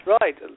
right